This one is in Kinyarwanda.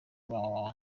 www